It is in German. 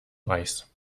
reichs